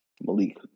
Malik